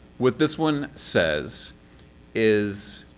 what this one says is